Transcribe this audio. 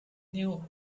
knew